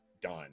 done